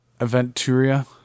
Aventuria